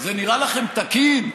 זה נראה לכם תקין?